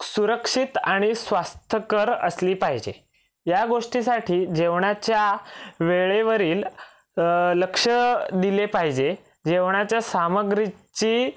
सुरक्षित आणि स्वास्थ्यकर असली पाहिजे या गोष्टीसाठी जेवणाच्या वेळेवरील लक्ष दिले पाहिजे जेवणाच्या सामग्रीची